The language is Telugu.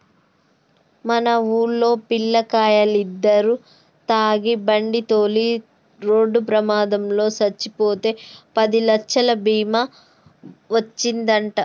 మన వూల్లో పిల్లకాయలిద్దరు తాగి బండితోలి రోడ్డు ప్రమాదంలో సచ్చిపోతే పదిలచ్చలు బీమా ఒచ్చిందంట